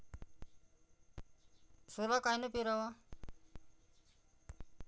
सोला कायनं पेराव?